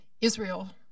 Israel